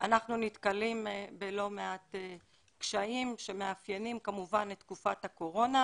אנחנו נתקלים בלא מעט קשיים שמאפיינים כמובן את תקופת הקורונה,